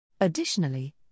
Additionally